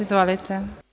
Izvolite.